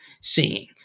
seeing